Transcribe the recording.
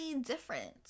different